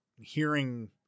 hearing